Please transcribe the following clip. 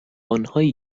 آنهایی